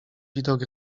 widok